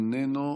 איננו.